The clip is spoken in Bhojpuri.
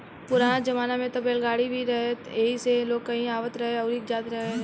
पुराना जमाना में त बैलगाड़ी ही रहे एही से लोग कहीं आवत रहे अउरी जात रहेलो